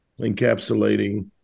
encapsulating